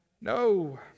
No